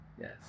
yes